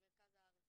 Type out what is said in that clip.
במרכז הארץ